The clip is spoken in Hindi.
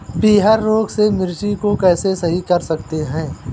पीहर रोग से मिर्ची को कैसे सही कर सकते हैं?